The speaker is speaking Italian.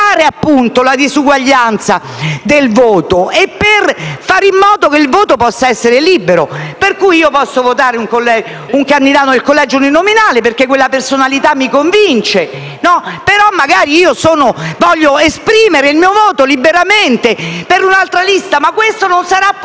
evitare la disuguaglianza del voto e per fare in modo che il voto possa essere libero. Per cui posso votare un determinato candidato nel collegio uninominale perché quella persona mi convince, ma magari voglio esprimere il mio voto liberamente per un'altra lista. Ma questo non sarà possibile,